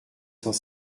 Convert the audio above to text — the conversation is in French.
cent